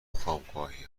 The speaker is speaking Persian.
خوابگاهی